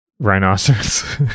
rhinoceros